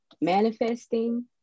manifesting